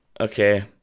Okay